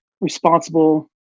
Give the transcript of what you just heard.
responsible